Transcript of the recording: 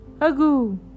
Agoo